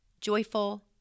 joyful